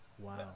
wow